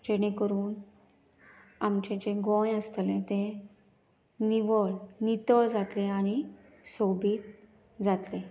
जेणे करून आमचे जे गोंय आसतले तें निवळ नितळ जातले आनी सोबीत जातले